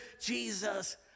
Jesus